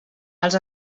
els